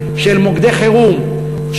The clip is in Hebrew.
של מוקדי חירום,